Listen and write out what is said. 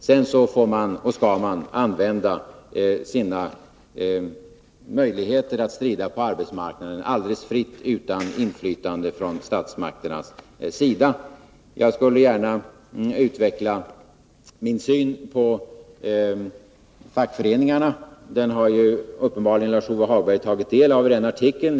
Sedan får man och skall man använda sina möjligheter att strida på arbetsmarknaden alldeles fritt, utan inflytande från statsmakternas sida. Jag skulle gärna utveckla min syn på fackföreningarna, men den har Lars-Ove Hagberg uppenbarligen tagit del av i den åberopade tidningsartikeln.